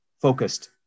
focused